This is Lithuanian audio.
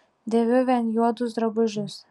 dėviu vien juodus drabužius